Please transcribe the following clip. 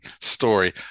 story